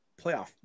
playoff